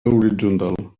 horitzontal